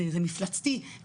זה מפלצתי,